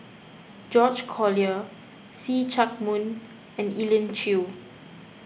George Collyer See Chak Mun and Elim Chew